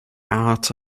art